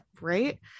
right